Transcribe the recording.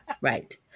Right